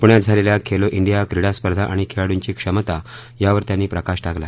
पुण्यात झालेल्या खेलो डिया क्रीडा स्पर्धा आणि खेळाडूंची क्षमता यावर त्यांनी प्रकाश टाकला